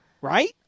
Right